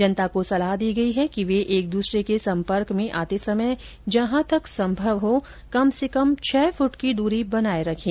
जनता को सलाह दी गई है कि वे एक दूसरे के संपर्क में आते समय जहां तक संभव हो कम से कम छह फूट की दूरी बनाए रखें